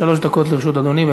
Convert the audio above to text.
שלוש דקות לרשות אדוני.